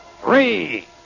Three